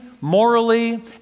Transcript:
morally